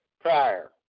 prior